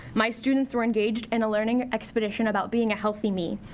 my students were engaged in a learning expedition about being a healthy me.